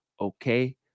okay